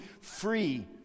free